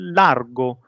largo